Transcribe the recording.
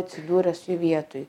atsidūręs jų vietoj